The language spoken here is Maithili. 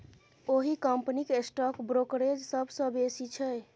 ओहि कंपनीक स्टॉक ब्रोकरेज सबसँ बेसी छै